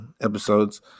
episodes